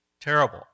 terrible